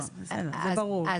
לא, זה ברור.